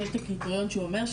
שיש את הקריטריון שאומר,